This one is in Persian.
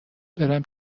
برم